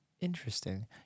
Interesting